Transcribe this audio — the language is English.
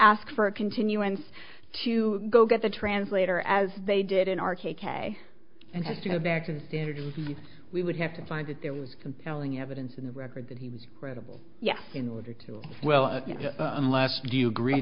ask for a continuance to go get the translator as they did in our k k and had to go back and we would have to find that there was compelling evidence in the record that he was credible yes in order to well unless you agree